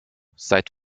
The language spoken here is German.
seit